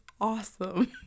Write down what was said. awesome